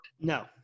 No